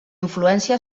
influència